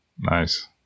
Nice